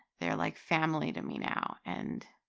they're like family to me now and.